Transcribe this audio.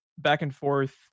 back-and-forth